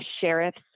Sheriff's